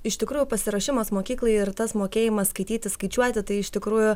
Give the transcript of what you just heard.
iš tikrųjų pasiruošimas mokyklai ir tas mokėjimas skaityti skaičiuoti tai iš tikrųjų